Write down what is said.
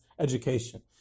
education